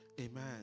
amen